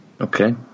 Okay